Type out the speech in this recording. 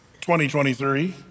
2023